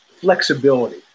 flexibility